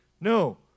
No